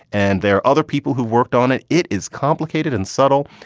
and there are other people who've worked on it. it is complicated and subtle.